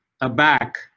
aback